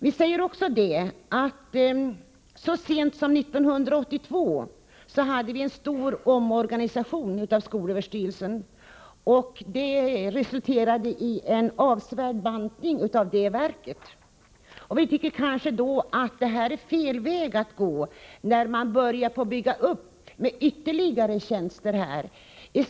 Så sent som 1982 företogs en stor omorganisation av skolöverstyrelsen som resulterade i en avsevärd bantning av verket. Vi tycker därför att det är fel väg att gå att börja bygga upp igen med ytterligare tjänster.